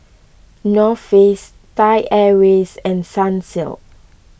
North Face Thai Airways and Sunsilk